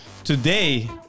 today